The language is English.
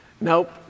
Nope